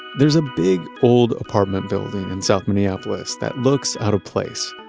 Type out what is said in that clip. there's a big old apartment building in south minneapolis that looks out of place.